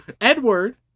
Edward